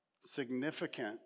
significant